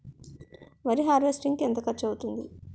వరి హార్వెస్టింగ్ కి ఎంత ఖర్చు అవుతుంది?